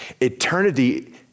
eternity